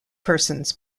persons